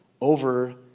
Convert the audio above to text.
over